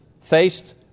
faced